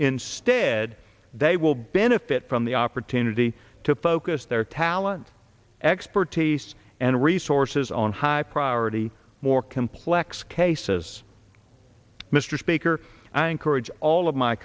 instead they will benefit from the opportunity to focus their talent expertise and resources on high priority more complex cases mr speaker i encourage all of my